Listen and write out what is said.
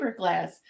fiberglass